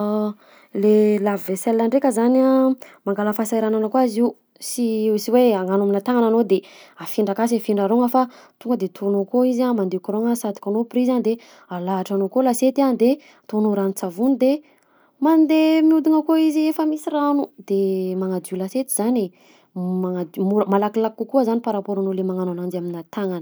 Le lave vaisselle ndraika zany a: mangala fahasahiranana koa izy io, sy sy hoe hagnano aminà tagnana anao de afindra akasy afindra arogna fa tonga de ataonao akao izy a; mandeha courant-gna, asatokanao prizy a de alahatranao akao lasiety de ataonao ranon-tsavony de mandeha mihodigna koa izy efa misy rano, de magnadio lasiety zany e, magnadi- mo- malakilaky kokoa zany par rapport noho le magnano ananjy aminà tagnana.